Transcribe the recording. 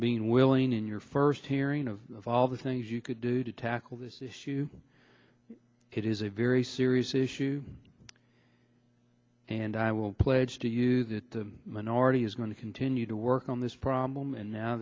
being willing in your first hearing of of all the things you could do to tackle this issue it is a very serious issue and i will pledge to you that the minority is going to continue to work on this problem and now